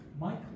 Mike